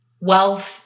Wealth